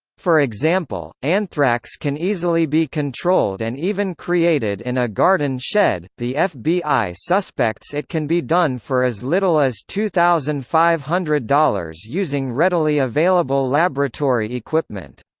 for example, anthrax can easily be controlled and even created in a garden shed the fbi suspects it can be done for as little as two thousand five hundred dollars using readily available laboratory equipment.